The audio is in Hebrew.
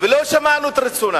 ולא שמענו את רצונה